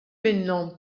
minnhom